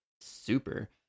Super